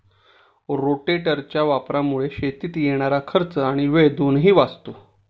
रोटेटरच्या वापरामुळे शेतीत येणारा खर्च आणि वेळ दोन्ही वाचतो